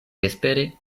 vespere